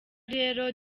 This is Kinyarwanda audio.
rero